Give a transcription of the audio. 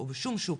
או בשום שוק.